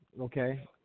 okay